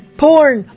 porn